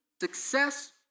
success